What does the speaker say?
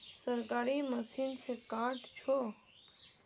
सरकारी मशीन से कार्ड छै?